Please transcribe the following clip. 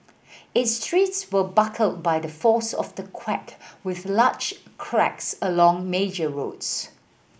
its streets were buckled by the force of the quake with large cracks along major roads